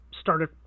started